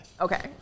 Okay